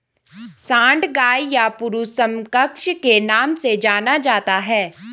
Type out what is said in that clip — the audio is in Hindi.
सांड गाय का पुरुष समकक्ष के नाम से जाना जाता है